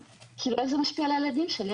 איך זה משפיע על הילדים שלי?